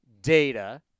data